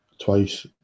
twice